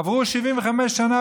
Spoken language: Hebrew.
עברו 75 שנה,